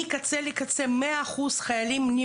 מקצה לקצה, 100% מהחיילים שמגיעים